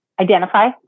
identify